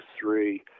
three